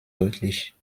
deutlich